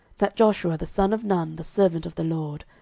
that joshua the son of nun, the servant of the lord,